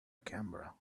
camera